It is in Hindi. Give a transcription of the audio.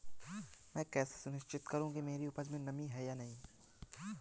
मैं कैसे सुनिश्चित करूँ कि मेरी उपज में नमी है या नहीं है?